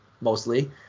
mostly